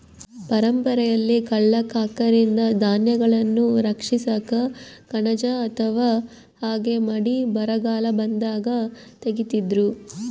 ಪರಂಪರೆಯಲ್ಲಿ ಕಳ್ಳ ಕಾಕರಿಂದ ಧಾನ್ಯಗಳನ್ನು ರಕ್ಷಿಸಾಕ ಕಣಜ ಅಥವಾ ಹಗೆ ಮಾಡಿ ಬರಗಾಲ ಬಂದಾಗ ತೆಗೀತಿದ್ರು